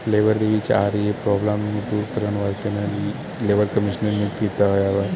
ਲੇਵਰ ਦੇ ਵਿੱਚ ਆ ਰਹੀ ਪ੍ਰੋਬਲਮ ਨੂੰ ਦੂਰ ਕਰਨ ਵਾਸਤੇ ਨੇ ਵੀ ਲੇਵਰ ਕਮਿਸ਼ਨਰ ਨੂੰ ਕੀਤਾ ਹੋਇਆ ਵਾ